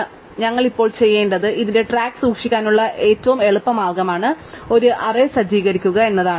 അതിനാൽ ഞങ്ങൾ ഇപ്പോൾ ചെയ്യേണ്ടത് ഇതിന്റെ ട്രാക്ക് സൂക്ഷിക്കാനുള്ള ഏറ്റവും എളുപ്പമാർഗമാണ് ഒരു അറേ സജ്ജീകരിക്കുക എന്നതാണ്